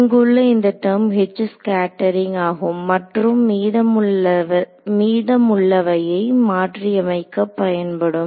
இங்குள்ள இந்த டெர்ம் ஆகும் மற்றும் மீதமுள்ளவை மாற்றியமைக்க பயன்படும்